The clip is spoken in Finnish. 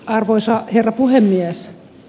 arvoisa herra puhemies